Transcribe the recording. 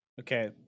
okay